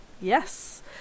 Yes